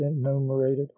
enumerated